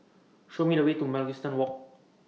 Show Me The Way to Mugliston Walk